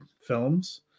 films